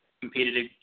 competed